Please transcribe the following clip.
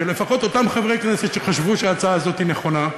שלפחות אותם חברי כנסת שחשבו שההצעה הזאת נכונה,